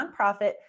nonprofit